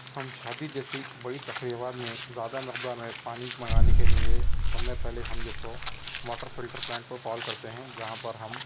ہم شادی جیسی بڑی تقریبات میں زیادہ مقدار میں پانی منگانے کے لئے سب میں پہلے ہم جو سو واٹر فلٹر پلانٹ کو کال کرتے ہیں جہاں پر ہم